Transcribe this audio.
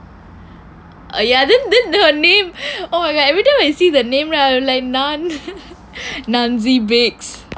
err ya then then her name oh god every time I see the name like none nosey bakes